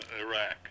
Iraq